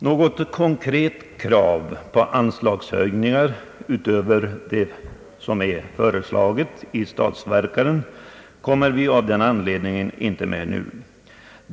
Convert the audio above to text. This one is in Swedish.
Något konkret krav på anslagshöjningar, utöver det som är föreslaget i statsverkspropositionen, framlägger vi av den anledningen inte nu.